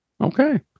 Okay